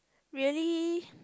really